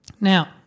Now